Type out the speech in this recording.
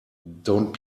don’t